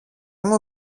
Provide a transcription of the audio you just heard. μου